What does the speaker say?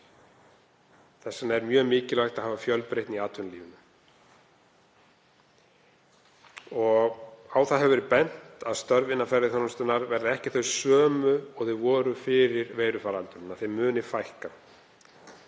vegna er mjög mikilvægt að hafa fjölbreytni í atvinnulífinu. Á það hefur verið bent að störf innan ferðaþjónustunnar verða ekki þau sömu og þau voru fyrir veirufaraldurinn, að þeim muni fækka.